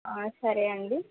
సరే అండి